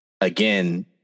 again